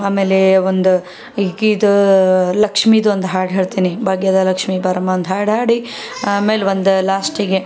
ಆಮೇಲೆ ಒಂದು ಈಕಿದು ಲಕ್ಷ್ಮೀದು ಒಂದು ಹಾಡು ಹೇಳ್ತೀನಿ ಭಾಗ್ಯದ ಲಕ್ಷ್ಮೀ ಬಾರಮ್ಮ ಒಂದು ಹಾಡು ಹಾಡಿ ಆಮೇಲೆ ಒಂದು ಲಾಸ್ಟಿಗೆ